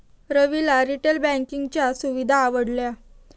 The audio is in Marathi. रविला रिटेल बँकिंगच्या सुविधा आवडल्या